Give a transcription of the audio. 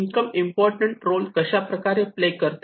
income important role कशा प्रकारे play करते